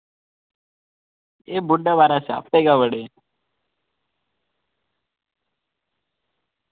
एह् बुड्ढे बारै स्यापे गै बड़े